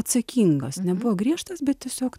atsakingas nebuvo griežtas bet tiesiog